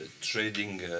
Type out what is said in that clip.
trading